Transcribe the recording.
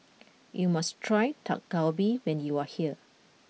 you must try Dak Galbi when you are here